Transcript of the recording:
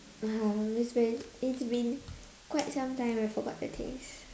uh it's been it's been quite some time I forgot the taste